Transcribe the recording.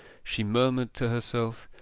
she murmured to herself,